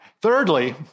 Thirdly